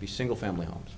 the single family homes